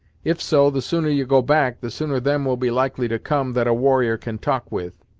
if so, the sooner ye go back, the sooner them will be likely to come that a warrior can talk with.